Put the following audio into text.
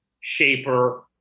shaper